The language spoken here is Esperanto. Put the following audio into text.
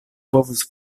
povus